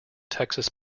texas